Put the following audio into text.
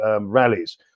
rallies